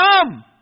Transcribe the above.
come